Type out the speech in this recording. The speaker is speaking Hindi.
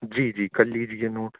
जी जी कर लीजिए नोट